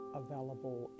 available